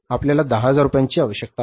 आपल्याला 10000 रुपयांची आवश्यकता आहे